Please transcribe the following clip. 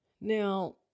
Now